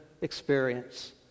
experience